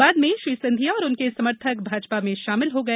बाद में श्री सिंधिया और उनके समर्थक भाजपा में शामिल हो गए